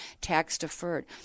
tax-deferred